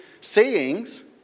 sayings